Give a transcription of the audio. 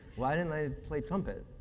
why didn't i play trumpet?